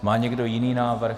Má někdo jiný návrh?